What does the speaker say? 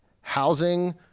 housing